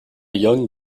young